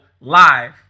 live